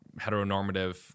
heteronormative